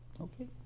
okay